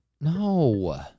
No